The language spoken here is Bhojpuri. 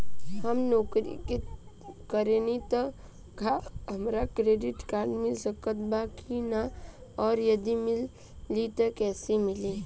हम नौकरी करेनी त का हमरा क्रेडिट कार्ड मिल सकत बा की न और यदि मिली त कैसे मिली?